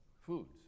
foods